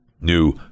new